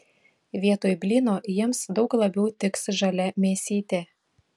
vietoj blyno jiems daug labiau tiks žalia mėsytė